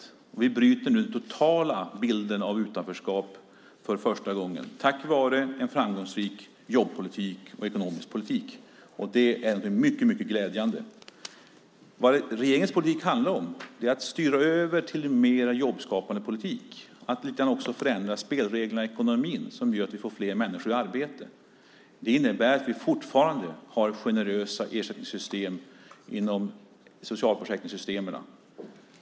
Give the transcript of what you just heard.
Vi bryter den utvecklingen nu och ändrar den totala bilden av utanförskap för första gången, tack vare en framgångsrik jobbpolitik och ekonomisk politik. Det är mycket, mycket glädjande. Vad regeringens politik handlar om är att styra över till en mer jobbskapande politik och att ändra spelreglerna i ekonomin, vilket gör att vi får fler människor i arbete. Det innebär att vi fortfarande har generösa ersättningssystem inom socialförsäkringssystemen.